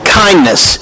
kindness